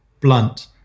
blunt